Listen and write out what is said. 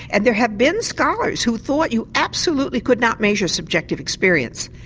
and there have been scholars who thought you absolutely could not measure subjective experience.